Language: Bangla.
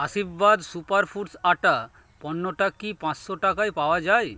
আশীর্বাদ সুপার ফুডস আটা পণ্যটা কি পাঁচশো টাকায় পাওয়া যায়